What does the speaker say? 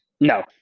No